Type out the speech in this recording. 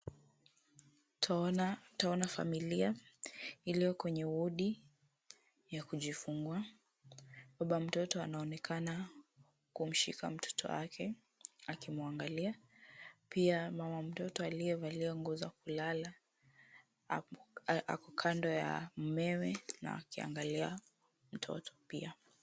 Twaona Twaona familia. Iliyo kwenye wodi ya kujifungua. Baba mtoto anaonekana kumshika mtoto wake. Akimuangalia. Pia mama mtoto aliyevalia nguo za kulala. Ako kando ya mumewe na akiangalia mtoto pia.